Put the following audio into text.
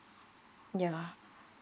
yeah